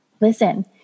Listen